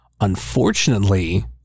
Unfortunately